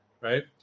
right